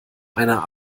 einer